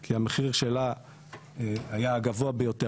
כי המחיר שלה היה הגבוה ביותר.